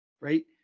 Right